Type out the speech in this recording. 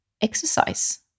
exercise